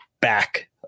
back